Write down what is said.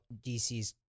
DC's